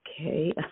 Okay